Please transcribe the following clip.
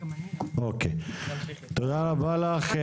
אוקיי, תודה רבה לך.